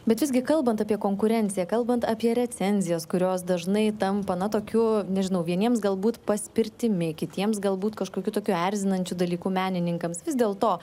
bet visgi kalbant apie konkurenciją kalbant apie recenzijas kurios dažnai tampa na tokiu nežinau vieniems galbūt paspirtimi kitiems galbūt kažkokiu tokiu erzinančiu dalyku menininkams vis dėlto